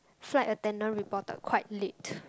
flight attendant reported quite late